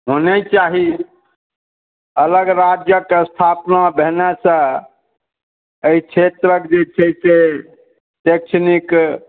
होने चाही अलग राज्यक स्थापना भेने सँ एहि क्षेत्रक जे छै से शैक्षणिक